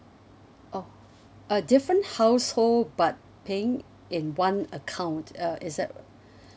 oh uh different household but paying in one account uh is that